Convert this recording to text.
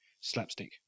slapstick